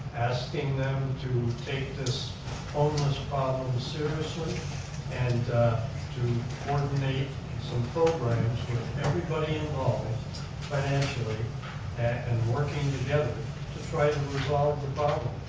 asking them to take this um this problem seriously and to coordinate some programs with everybody involved financially and working together to try and resolve the problem.